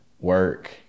work